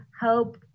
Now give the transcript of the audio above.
help